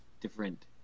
different